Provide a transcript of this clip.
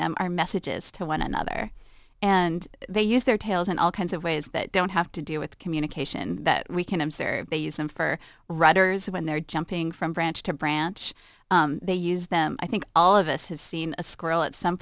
them are messages to one another and they use their tails and all kinds of ways that don't have to deal with communication that we can observe they use them for writers when they're jumping from branch to branch they use them i think all of us have seen a squirrel at some